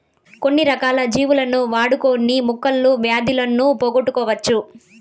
కొన్ని రకాల జీవులను వాడుకొని మొక్కలు వ్యాధులను పోగొట్టవచ్చు